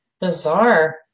Bizarre